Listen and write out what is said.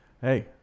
Hey